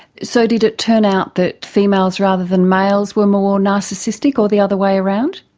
so did it turn out that females rather than males were more narcissistic or the other way around?